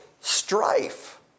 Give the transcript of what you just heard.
strife